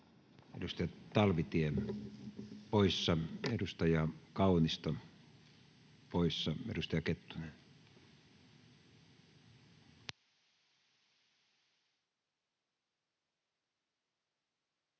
Edustaja Talvitie poissa. Edustaja Kaunisto poissa. Edustaja Kettunen